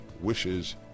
wishes